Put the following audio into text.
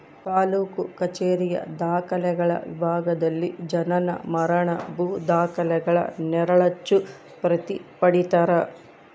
ತಾಲೂಕು ಕಛೇರಿಯ ದಾಖಲೆಗಳ ವಿಭಾಗದಲ್ಲಿ ಜನನ ಮರಣ ಭೂ ದಾಖಲೆಗಳ ನೆರಳಚ್ಚು ಪ್ರತಿ ಪಡೀತರ